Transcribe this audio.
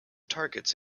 targets